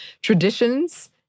traditions